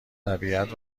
طبیعت